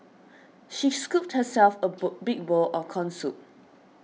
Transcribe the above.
she scooped herself a bowl big bowl of Corn Soup